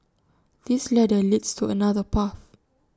this ladder leads to another path